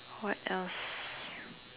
what else